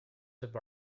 have